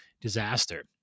disaster